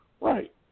Right